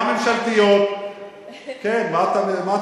גם ממשלתיות.